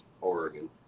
oregon